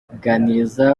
kuganiriza